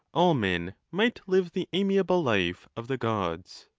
all men might live the amiable life of the gods.